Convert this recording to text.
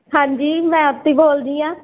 ਹਾਂਜੀ ਮੈਂ ਆਰਤੀ ਬੋਲਦੀ ਹਾਂ